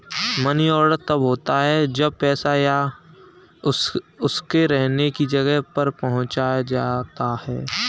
money order तब होता है जब पैसा घर या उसके रहने की जगह पर पहुंचाया जाता है